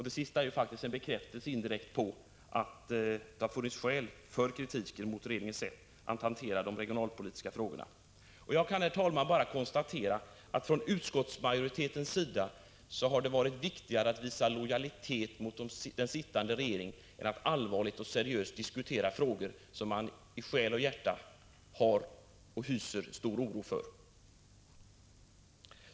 Det sistnämnda är faktiskt en bekräftelse på att det har funnits skäl för kritiken mot regeringens sätt att hantera de regionalpolitiska frågorna. Jag kan, herr talman, bara konstatera att det från utskottsmajoritetens sida har varit viktigare att visa lojalitet mot den sittande regeringen än att seriöst diskutera de allvarliga frågor som man i själ och hjärta är djupt oroad av.